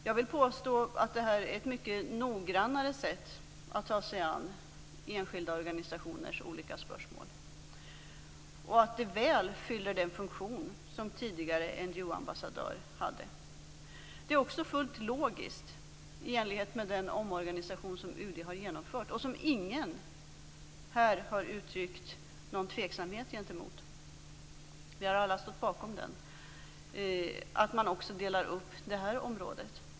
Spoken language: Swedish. Jag vill påstå att detta är ett mycket noggrannare sätt att ta sig an enskilda organisationers olika spörsmål och att det väl fyller den funktion som tidigare NGO-ambassadör hade. Det är också fullt logiskt i enlighet med den omorganisation som UD har genomfört - ingen här har uttryckt någon tveksamhet gentemot den utan alla har stått bakom den - att man också delar upp detta område.